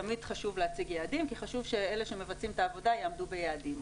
תמיד חשוב להציג יעדים כי חשוב שאלה שמבצעים את העבודה יעמדו ביעדים,